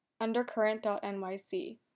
undercurrent.nyc